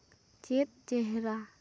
ᱪᱮᱫ ᱪᱮᱦᱨᱟ